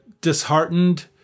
disheartened